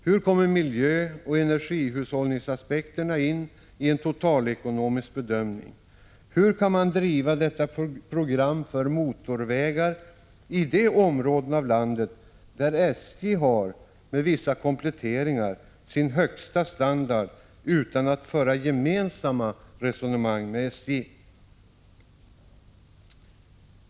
Hur kommer miljöoch energihushållningsaspekterna in i en totalekonomisk bedömning? Hur kan man driva detta program för motorvägar i de områden av landet där SJ har — med vissa kompletteringar — sin högsta standard, utan att föra gemensamma resonemang med SJ?